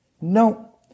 No